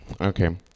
Okay